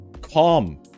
Calm